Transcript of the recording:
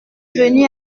venu